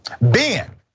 Ben